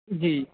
جی